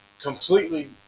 completely